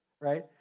right